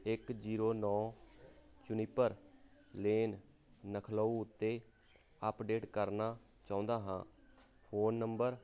ਇੱਕ ਜੀਰੋ ਨੌਂ ਚੁਨੀਪਰ ਲੇਨ ਲਖਨਊ ਉੱਤੇ ਅਪਡੇਟ ਕਰਨਾ ਚਾਹੁੰਦਾ ਹਾਂ ਫੋਨ ਨੰਬਰ